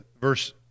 verse